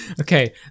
Okay